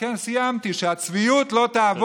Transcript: שהצביעות,